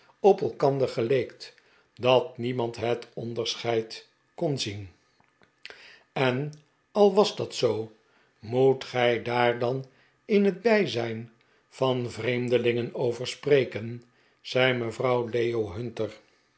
op elkander geleekt dat niemand het onderscheid kon zien en al was dat zoo moet gij daar dan in het bijzijn van vreemdelingen over spreken zei mevrouw leo hunter